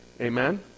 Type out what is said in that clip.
Amen